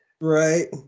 right